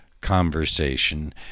conversation